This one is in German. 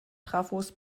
trafos